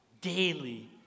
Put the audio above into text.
daily